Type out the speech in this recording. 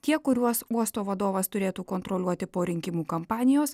tie kuriuos uosto vadovas turėtų kontroliuoti po rinkimų kampanijos